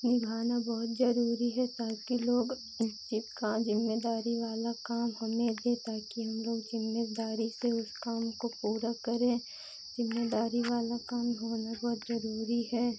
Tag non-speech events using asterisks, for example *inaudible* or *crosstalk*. निभाना बहुत ज़रूरी है ताकि लोग *unintelligible* ज़िम्मेदारी वाला काम हमें दें ताकि हम लोग ज़िम्मेदारी से उस काम को पूरा करें ज़िम्मेदारी वाला काम होना बहुत ज़रूरी है